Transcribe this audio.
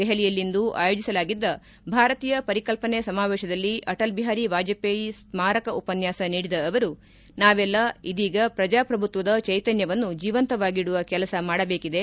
ದೆಹಲಿಯಲ್ಲಿಂದು ಆಯೋಜಿಸಲಾಗಿದ್ದ ಭಾರತೀಯ ಪರಿಕಲ್ಲನೆ ಸಮಾವೇಶದಲ್ಲಿ ಅಟಲ್ ಬಿಹಾರಿ ವಾಜಪೇಯಿ ಸ್ನಾರಕ ಉಪನ್ಥಾಸ ನೀಡಿದ ಅವರು ನಾವೆಲ್ಲ ಇದೀಗ ಪ್ರಜಾಪ್ರಭುತ್ವದ ಚೈತನ್ಥವನ್ನು ಜೀವಂತವಾಗಿಡುವ ಕೆಲಸ ಮಾಡಬೇಕಿದೆ